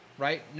Right